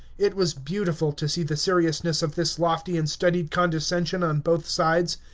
it was beautiful to see the seriousness of this lofty and studied condescension on both sides.